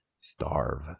starve